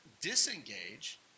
disengage